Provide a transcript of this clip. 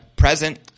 present